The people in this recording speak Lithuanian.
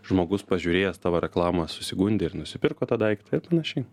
žmogus pažiūrėjęs tavo reklamą susigundė ir nusipirko tą daiktą ir panašiai